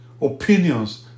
opinions